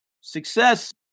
success